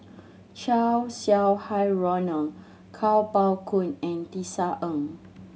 Chow Sau Hai Roland Kuo Pao Kun and Tisa Ng